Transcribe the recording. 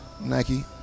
Nike